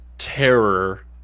terror